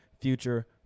future